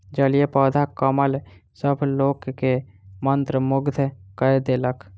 जलीय पौधा कमल सभ लोक के मंत्रमुग्ध कय देलक